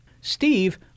Steve